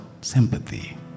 sympathy